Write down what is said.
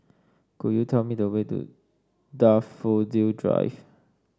could you tell me the way to Daffodil Drive